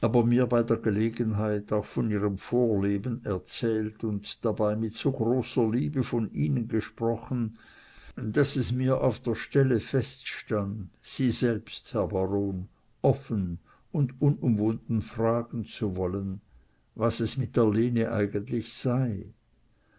mir bei der gelegenheit auch von ihrem vorleben erzählt und dabei mit so großer liebe von ihnen gesprochen daß es mir auf der stelle feststand sie selbst herr baron offen und unumwunden fragen zu wollen was es mit der lene eigentlich sei